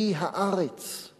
היא הארץ,/